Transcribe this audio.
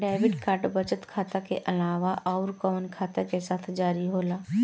Debit card बचत खाता के अलावा अउरकवन खाता के साथ जारी होला?